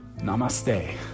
Namaste